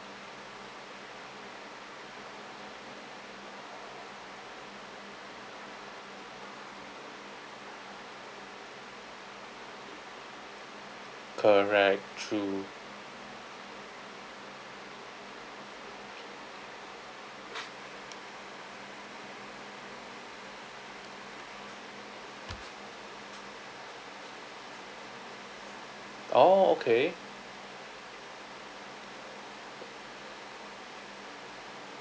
correct true oh okay